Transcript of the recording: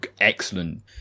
excellent